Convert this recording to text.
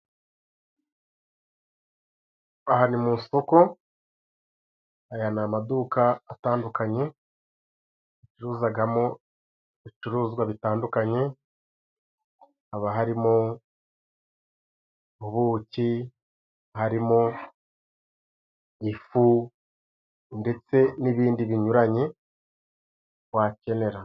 Aha ni musoko. Aya ni amaduka atandukanye yuzagamo ibicuruzwa bitandukanye, haba harimo ubuki, harimo ifu, ndetse n'ibindi binyuranye wakenera.